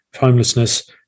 homelessness